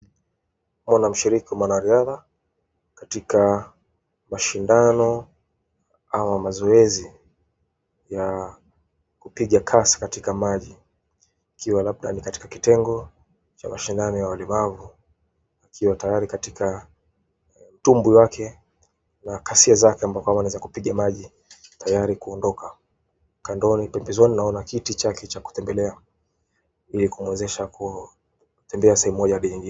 Katika mashindano ama mazuwezi ya kupigya kasu katika maji, kiyo alakulani katika kitengo, katika mashindano ya olimangu, kiyo tayari katika utumbu wake na kasiyo zake mbaka waneza kupigya maji, tayari kuondoka kandoni. Kwa hivyo vizua ni naonakititia kicha kutembelea ni kumweze sha kutembelea semuja biingi.